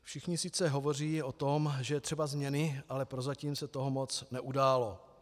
Všichni sice hovoří o tom, že je třeba změny, ale prozatím se toho moc neudálo.